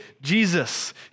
Jesus